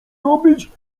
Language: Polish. robić